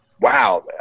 wow